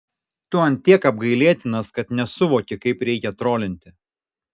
tu ant tiek apgailėtinas kad nesuvoki kaip reikia trolinti